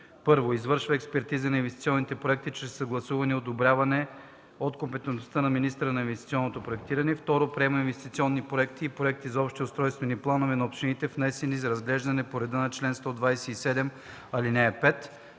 1. извършва експертиза на инвестиционните проекти, чието съгласуване и одобряване е от компетентността на министъра на инвестиционното проектиране; 2. приема инвестиционни проекти и проекти за общи устройствени планове на общините, внесени за разглеждане по реда на чл. 127, ал. 5;